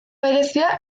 berezia